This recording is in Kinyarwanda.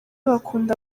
bakunda